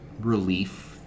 relief